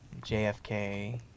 JFK